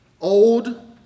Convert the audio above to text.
old